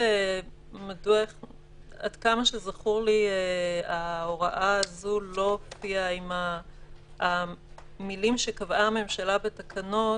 עד כמה שזכור לי, המילים "שקבעה הממשלה בתקנות"